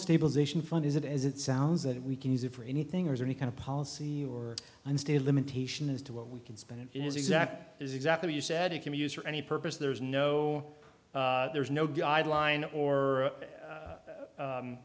stabilization fund is it as it sounds that we can use it for anything or any kind of policy or unstated limitation as to what we can spend it is exact is exactly as you said it can be used for any purpose there is no there is no guideline or